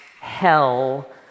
hell